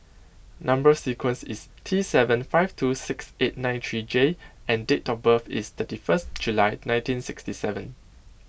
Number Sequence is T seven five two six eight nine three J and date of birth is thirty first July nineteen sixty seven